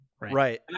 Right